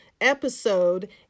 episode